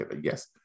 Yes